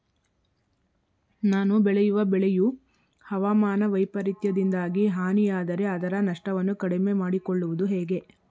ನಾನು ಬೆಳೆಯುವ ಬೆಳೆಯು ಹವಾಮಾನ ವೈಫರಿತ್ಯದಿಂದಾಗಿ ಹಾನಿಯಾದರೆ ಅದರ ನಷ್ಟವನ್ನು ಕಡಿಮೆ ಮಾಡಿಕೊಳ್ಳುವುದು ಹೇಗೆ?